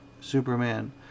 Superman